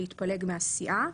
להתפלג מהסיעה.